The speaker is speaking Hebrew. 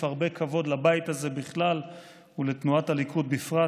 הרבה כבוד לבית הזה בכלל ולתנועת הליכוד בפרט.